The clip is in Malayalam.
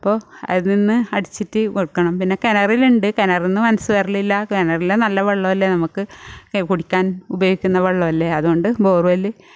അപ്പോൾ അതിൽ നിന്ന് അടിച്ചിട്ട് വയ്ക്കണം പിന്നെ കിണറിലുണ്ട് കിണറിൽ നിന്ന് മനസ്സ് വരലില്ല കിണറിലെ നല്ല വെള്ളമല്ലേ നമുക്ക് കുടിക്കാൻ ഉപയോഗിക്കുന്ന വെള്ളമല്ലേ അതുകൊണ്ട് ബോർവെൽ